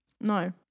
No